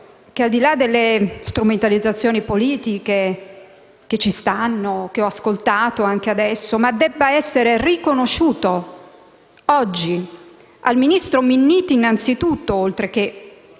che, al di là delle strumentalizzazioni politiche, che ci stanno e che ho ascoltato anche adesso, debba essere riconosciuto oggi al ministro Minniti anzitutto, oltre che